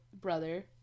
brother